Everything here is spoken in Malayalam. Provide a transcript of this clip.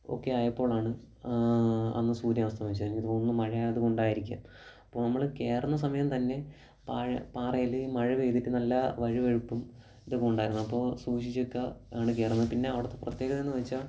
ഒക്കേ ആയപ്പോഴാണ് അന്ന് സൂര്യൻ അസ്തമിച്ചത് എനിക്കു തോന്നുന്നു മഴയായതുകൊണ്ടായിരിക്കാം അപ്പോൾ നമ്മൾ കയറുന്ന സമയം തന്നെ പാറയിൽ മഴ പെയ്തിട്ട് നല്ല വഴുവഴുപ്പും ഇതൊക്കെ ഉണ്ടായിരുന്നു അപ്പോൾ സൂക്ഷിച്ചൊക്ക ആണ് കയറുന്നത് പിന്നെ അവിടുത്തെ പ്രത്യേകതയെന്ന് വച്ചാൽ